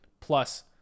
plus